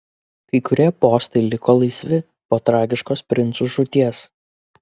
kai kurie postai liko laisvi po tragiškos princų žūties